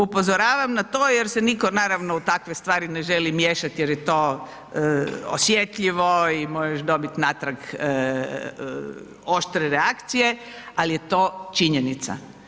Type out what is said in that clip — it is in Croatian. Upozoravam na to jer se nitko naravno u takve stvari ne želi miješati jer je to osjetljivo i možeš dobit natrag oštre reakcije, al je to činjenica.